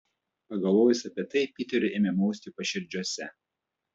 pagalvojus apie tai piteriui ėmė mausti paširdžiuose